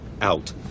Out